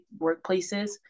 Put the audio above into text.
workplaces